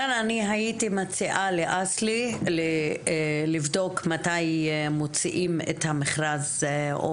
אבל אני הייתי מציעה לאסל"י לבדוק מתי מוציאים את המכרז או